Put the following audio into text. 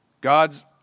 God's